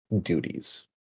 duties